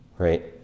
Right